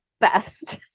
best